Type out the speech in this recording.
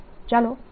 ચાલો તે જોઈએ